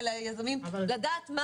והדבר האחרון הוא ההתחדשות העירונית.